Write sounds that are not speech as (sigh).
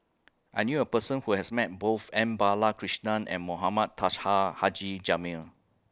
I knew A Person Who has Met Both M Balakrishnan and Mohamed (unintelligible) Haji Jamil